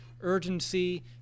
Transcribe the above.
urgency